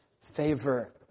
favor